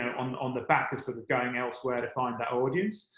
on on the back of sort of going elsewhere to find that audience.